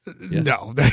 no